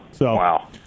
Wow